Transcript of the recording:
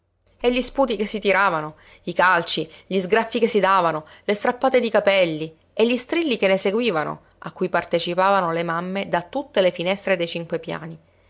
e gli sputi che si tiravano i calci gli sgraffii che si davano le strappate di capelli e gli strilli che ne seguivano a cui partecipavano le mamme da tutte le finestre dei cinque piani